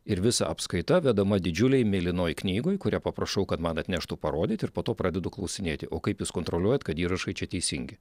ir visa apskaita vedama didžiulėj mėlynoj knygoj kurią paprašau kad man atneštų parodyt ir po to pradedu klausinėti o kaip jūs kontroliuojat kad įrašai čia teisingi